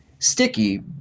Sticky